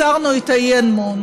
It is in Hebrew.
הסרנו את האי-אמון,